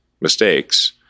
mistakes